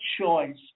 choice